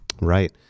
Right